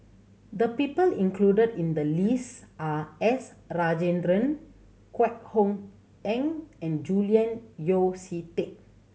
the people included in the list are S Rajendran Kwek Hong Png and Julian Yeo See Teck